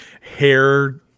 hair